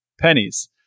pennies